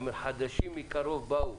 הוא היה אומר: "חדשים מקרוב באו,